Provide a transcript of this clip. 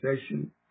session